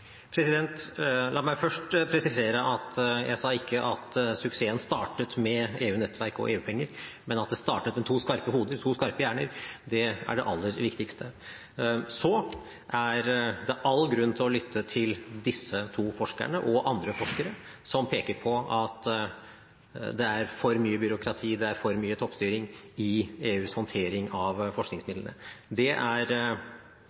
EU? La meg først presisere at jeg ikke sa at suksessen startet med EU-nettverk og EU-penger, men at det startet med to skarpe hoder, to skarpe hjerner; det er det aller viktigste. Så er det all grunn til å lytte til disse to forskerne, og andre forskere, som peker på at det er for mye byråkrati og for mye toppstyring i EUs håndtering av